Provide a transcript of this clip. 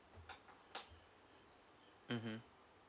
mmhmm